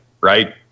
right